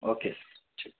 okay ٹھیک